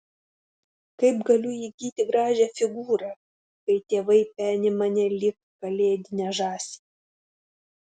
kaip galiu įgyti gražią figūrą kai tėvai peni mane lyg kalėdinę žąsį